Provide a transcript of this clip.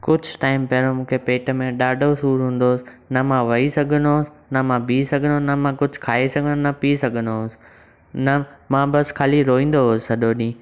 कुझु टाइम पहिरियों मूंखे पेट में ॾाढो सूर हुन्दो होसि न मां वेहि सघन्दो होसि न मां बीही सघन्दो होसि न कुझु खाई सघन्दो होसि न कुझु पी सघन्दो होसि न मां बस खाली रोईंदो होसि सॼो ॾींहुं